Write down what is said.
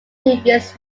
previous